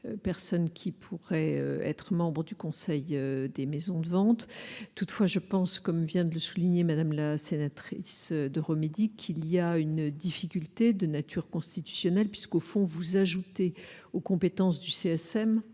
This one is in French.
personne qui pourrait être membre du Conseil des maisons de vente toutefois, je pense, comme vient de le souligner, Madame la sénatrice de qu'il y a une difficulté de nature constitutionnelle puisqu'au fond vous ajouter aux compétences du CSM